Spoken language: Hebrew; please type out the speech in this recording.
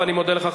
ואני מודה לך,